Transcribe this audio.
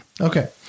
Okay